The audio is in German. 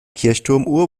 kirchturmuhr